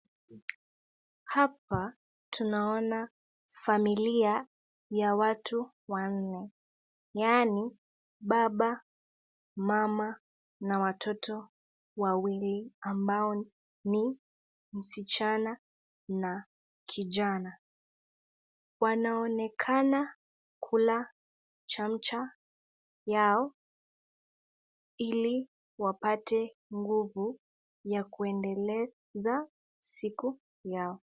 Hapa tunaona familia ya watu wanne yaani ,baba, mama na watoto wawili ambao ni, mschana na kijana , wanaonekana kula chamcha yao ili wapate nguvu ya kuendeleza siku yao.